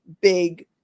big